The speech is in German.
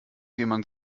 jemand